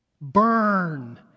burn